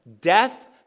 Death